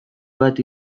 bat